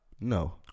No